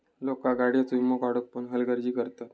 लोका गाडीयेचो वीमो काढुक पण हलगर्जी करतत